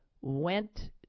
went